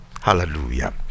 Hallelujah